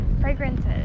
fragrances